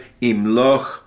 Imloch